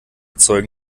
zeugen